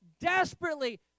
desperately